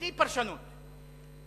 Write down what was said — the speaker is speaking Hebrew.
בלי פרשנות,